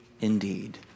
indeed